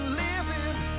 living